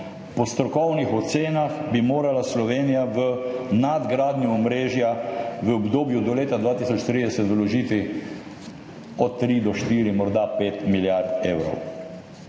Po strokovnih ocenah bi morala Slovenija v nadgradnjo omrežja v obdobju do leta 2030 vložiti od 3 do 4, morda 5 milijard evrov.